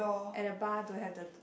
and the bar do you have the the